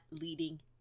leading